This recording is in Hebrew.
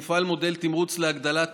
הופעל מודל תמרוץ להגדלת